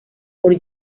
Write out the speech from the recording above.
por